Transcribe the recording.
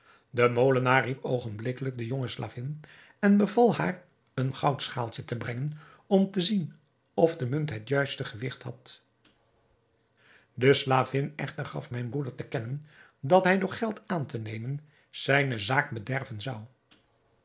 de molenaar riep oogenblikkelijk de jonge slavin en beval haar een goudschaaltje te brengen om te zien of de munt het juiste gewigt had de slavin echter gaf mijn broeder te kennen dat hij door geld aan te nemen zijne zaak bederven zou